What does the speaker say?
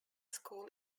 school